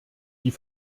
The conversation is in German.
die